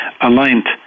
aligned